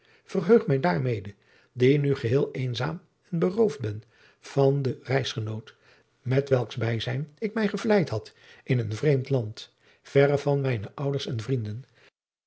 verheug mij daarmede die nu geheel eenzaam en beroofd ben van den reisgenoot met welks bijzijn ik mij gevleid had in een vreemd land verre van mijne ouders en vrienden